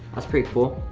that's pretty cool.